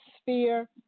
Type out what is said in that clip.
sphere